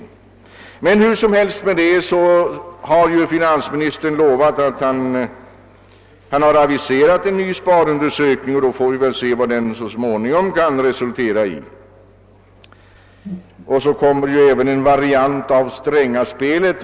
Det må vara hur som helst med den saken; finansministern har nu aviserat en ny sparundersökning, och vi får väl se vad den så småningom kan resultera i. Vidare har vi ju hört talas om att det även kommer en variant av Strängaspelet.